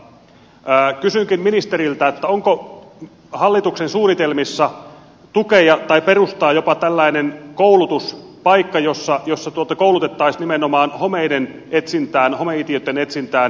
kysynkin ministeriltä onko hallituksen suunnitelmissa tukea tai perustaa jopa tällainen koulutuspaikka jossa koulutettaisiin nimenomaan homeiden etsintään homeitiöitten etsintään erikoistuneita koiria